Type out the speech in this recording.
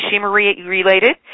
Fukushima-related